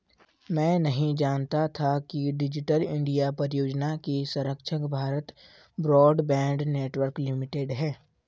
मैं नहीं जानता था कि डिजिटल इंडिया परियोजना की संरक्षक भारत ब्रॉडबैंड नेटवर्क लिमिटेड है